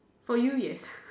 for you yes